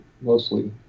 mostly